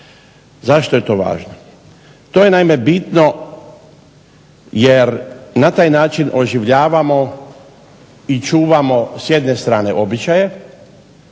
Zašto je to važno? To je naime bitno jer na taj način oživljavamo i čuvamo s jedne strane običaje,